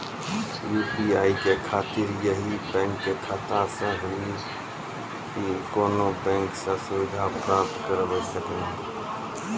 UPI के खातिर यही बैंक के खाता से हुई की कोनो बैंक से सुविधा प्राप्त करऽ सकनी?